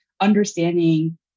understanding